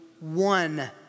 one